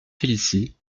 félicie